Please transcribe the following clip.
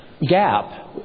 gap